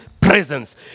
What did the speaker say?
presence